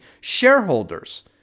shareholders